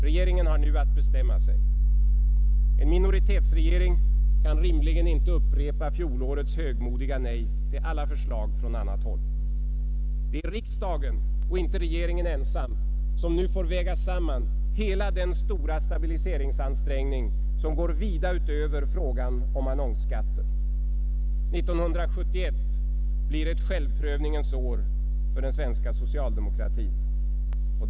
Regeringen har nu att bestämma sig. En minoritetsregering kan rimligen inte upprepa fjolårets högmodiga nej till alla förslag från annat håll. Det är riksdagen och inte regeringen ensam som nu får väga samman hela den stora stabiliseringsansträngningen, som går vida utöver frågan om annonsskatten. 1971 blir ett självprövningens år för den svenska socialdemokratin.